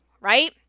Right